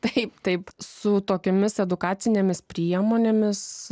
taip taip su tokiomis edukacinėmis priemonėmis